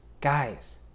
guys